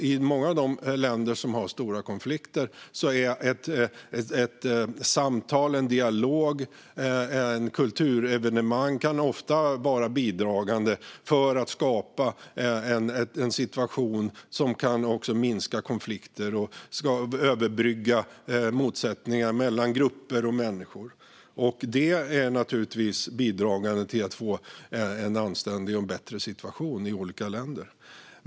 I länder med stora konflikter kan samtal och kulturevenemang ofta bidra till att minska konflikter och överbrygga motsättningar mellan grupper och människor vilket leder till en mer anständig och bättre situation i dessa länder.